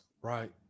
right